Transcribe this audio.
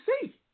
see